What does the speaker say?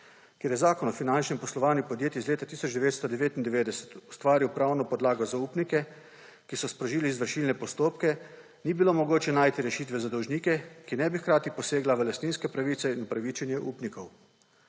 Ker je Zakon o finančnem poslovanju podjetij iz leta 1999 ustvaril pravno podlago za upnike, ki so sprožili izvršilne postopke, ni bilo mogoče najti rešitve za dolžnike, ki ne bi hkrati posegla v lastninske pravice in upravičenje upnikov.